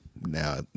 now